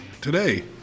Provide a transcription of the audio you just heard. today